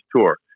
Tour